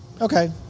Okay